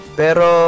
pero